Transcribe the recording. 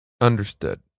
Understood